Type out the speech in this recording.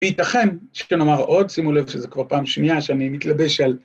יתכן, כשאני אומר עוד, שימו לב שזה כבר פעם שנייה שאני מתלבש על...